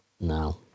No